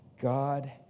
God